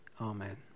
Amen